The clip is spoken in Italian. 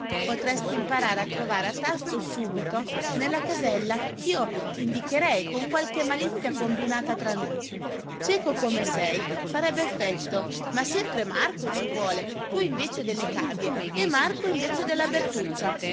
potresti imparare a trovare a tasto subito nella casella ch'io t'indicherei con qualche malizia combinata tra noi cieco come sei farebbe effetto ma sempre marco ci vuole tu invece delle cavie e marco invece della bertuccia